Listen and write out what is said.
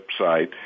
website